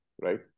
right